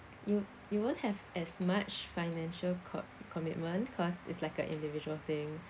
you you won't have as much financial co~ commitment cause it's like a individual thing